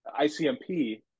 ICMP